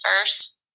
first